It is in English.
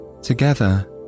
Together